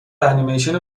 انیمیشن